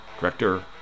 director